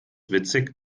witzig